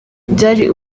byari